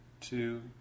two